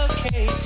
Okay